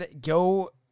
Go